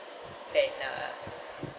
than uh